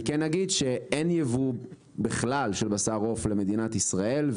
אני כן אגיד שאין ייבוא בכלל של בשר עוף למדינת ישראל,